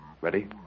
Ready